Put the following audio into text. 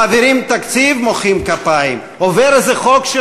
מעבירים תקציב,